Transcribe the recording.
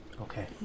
Okay